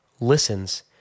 listens